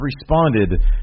responded